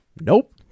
Nope